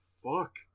fuck